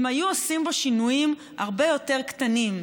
היו עושים בו שינויים הרבה יותר קטנים: